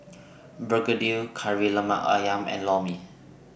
Begedil Kari Lemak Ayam and Lor Mee